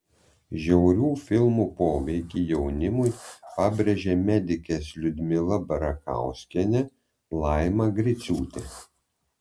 žiaurių filmų poveikį jaunimui pabrėžė medikės liudmila barauskienė laima griciūtė